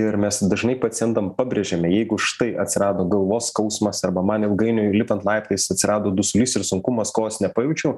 ir mes dažnai pacientam pabrėžiame jeigu štai atsirado galvos skausmas arba man ilgainiui lipant laiptais atsirado dusulys ir sunkumas kojos nepajaučiu